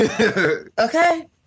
okay